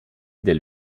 del